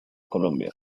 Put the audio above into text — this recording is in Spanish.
colombia